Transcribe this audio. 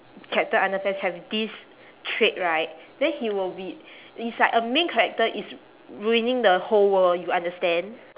captain underpants have this trait right then he will be it's like a main character is ruining the whole world you understand